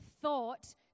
thought